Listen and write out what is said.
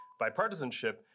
bipartisanship